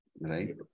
right